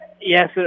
Yes